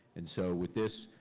and so with this,